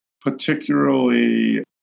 particularly